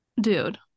dude